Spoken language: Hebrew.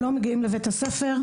הם לא מגיעים לבית הספר.